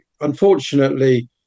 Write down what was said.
unfortunately